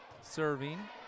serving